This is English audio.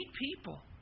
people